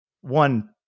one